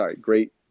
great